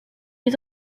est